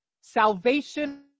salvation